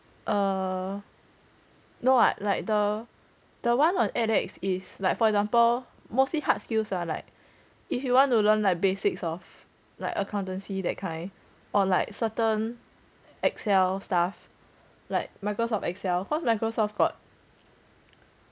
err no [what] like the the one on ed x is like for example mostly hard skills ah like if you want to learn like basics of like accountancy that kind or like certain excel stuff like Microsoft excel cause Microsoft got